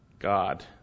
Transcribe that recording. god